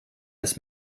des